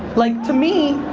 like to me,